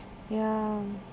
ya